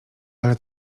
ale